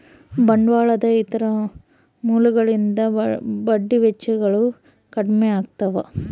ಬಂಡವಾಳದ ಇತರ ಮೂಲಗಳಿಗಿಂತ ಬಡ್ಡಿ ವೆಚ್ಚಗಳು ಕಡ್ಮೆ ಆಗಿರ್ತವ